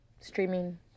streaming